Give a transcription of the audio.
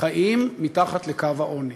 חיים מתחת לקו העוני,